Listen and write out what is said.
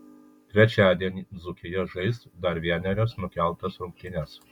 trečiadienį dzūkija žais dar vienerias nukeltas rungtynes